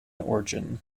origin